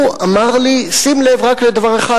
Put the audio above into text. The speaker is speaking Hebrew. הוא אמר לי: שים לב רק לדבר אחד,